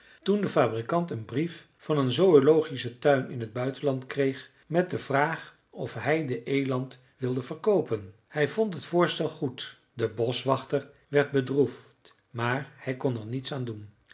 toen de fabrikant een brief van een zoölogischen tuin in het buitenland kreeg met de vraag of hij den eland wilde verkoopen hij vond het voorstel goed de boschwachter werd bedroefd maar hij kon er niets aan doen